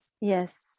Yes